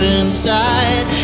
inside